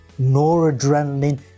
noradrenaline